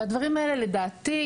והדברים האלה לדעתי,